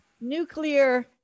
nuclear